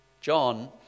John